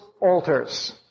altars